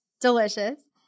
Delicious